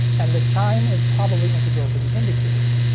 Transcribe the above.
and the chime is probably integral to the indicators,